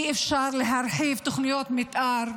אי-אפשר להרחיב תוכניות מתאר,